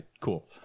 cool